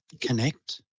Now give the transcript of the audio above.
connect